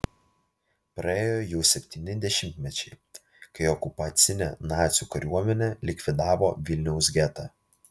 praėjo jau septyni dešimtmečiai kai okupacinė nacių kariuomenė likvidavo vilniaus getą